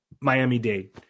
Miami-Dade